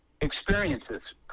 experiences